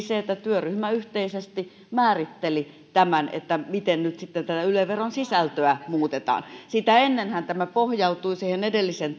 se että työryhmä yhteisesti määritteli tämän miten nyt sitten tätä yle veron sisältöä muutetaan sitä ennenhän tämä pohjautui edellisen